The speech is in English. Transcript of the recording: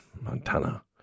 Montana